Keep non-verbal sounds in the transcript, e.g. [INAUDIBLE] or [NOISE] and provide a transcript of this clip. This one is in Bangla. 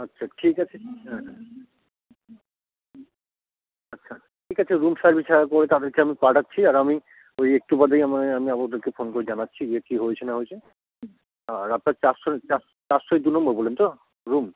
আচ্ছা ঠিক আছে হ্যাঁ আচ্ছা ঠিক আছে রুম সার্ভিস যারা করে তাদেরকে আমি পাঠাচ্ছি আর আমি ওই একটু বাদেই [UNINTELLIGIBLE] ফোন করে জানাচ্ছি যে কী হয়েছে না হয়েছে আর আপনার চারশো চারশো দু নম্বর বললেন তো রুম